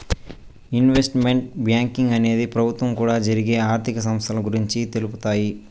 investment banking అనేది ప్రభుత్వం కూడా జరిగే ఆర్థిక సంస్థల గురించి తెలుపుతాయి